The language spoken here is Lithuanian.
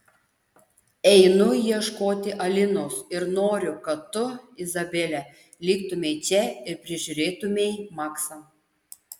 einu ieškoti alinos ir noriu kad tu izabele liktumei čia ir prižiūrėtumei maksą